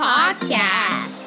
Podcast